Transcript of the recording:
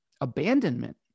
abandonment